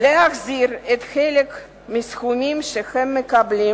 להחזיר חלק מהסכומים שהם מקבלים